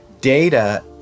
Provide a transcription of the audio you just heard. data